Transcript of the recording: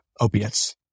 opiates